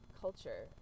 culture